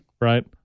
Right